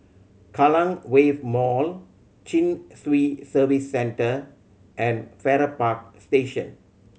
Kallang Wave Mall Chin Swee Service Centre and Farrer Park Station